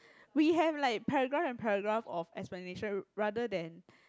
we have like paragraph and paragraph of explanation rather than